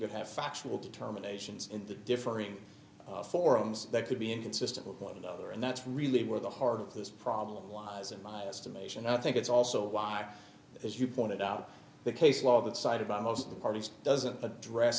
you have factual determinations in the differing forums that could be inconsistent with one another and that's really where the heart of this problem lies in my estimation i think it's also why as you pointed out the case law that cited by most of the parties doesn't address